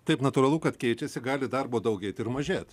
taip natūralu kad keičiasi gali darbo daugėt ir mažėt